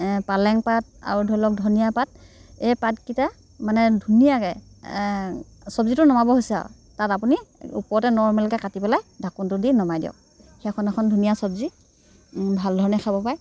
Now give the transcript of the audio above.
পালেং পাত আৰু ধৰি লওক ধনিয়া পাত এই পাতকেইটা মানে ধুনীয়াকৈ চব্জীটো নমাবৰ হৈছে আৰু তাত আপুনি ওপৰতে নৰ্মেলকৈ কাটি পেলাই ঢাকনটো দি নমাই দিয়ক সেইখন এখন ধুনীয়া চব্জী ভাল ধৰণে খাব পাৰে